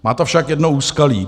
Má to však jedno úskalí.